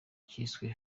cyiswe